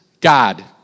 God